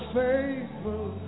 faithful